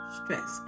stress